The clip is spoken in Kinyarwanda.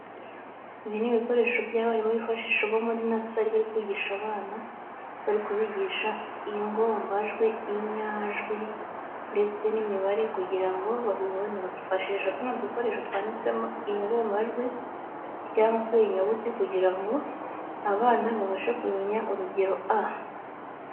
Ibi ni ibikoresho by'abarimu bifashisha bo muri (nursery) bari kwigisha abana, bari kubigisha ingombajwi, inyajwi ndetse n'imibare kugira ngo babibone bakifashisha tuno dukoresho twanditsemo ingombajwi cyangwa se inyuguti kugira ngo abana babashe kubimenya urugero a.